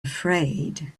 afraid